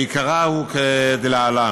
שעיקרה הוא כלהלן: